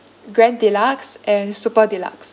grand deluxe and super deluxe